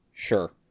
Sure